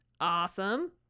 Awesome